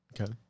Okay